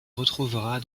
retrouvera